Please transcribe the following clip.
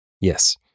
Yes